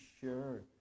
sure